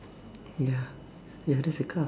ya ya there's a car